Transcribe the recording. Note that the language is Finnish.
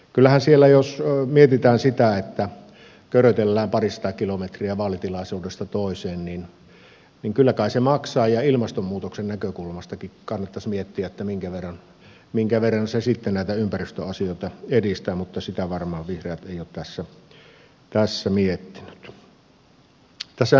kyllähän jos mietitään sitä että körötellään parisataa kilometriä vaalitilaisuudesta toiseen niin kai se maksaa ja ilmastonmuutoksen näkökulmastakin kannattaisi miettiä minkä verran se sitten näitä ympäristöasioita edistää mutta sitä varmaan vihreät eivät ole tässä miettineet